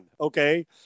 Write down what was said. okay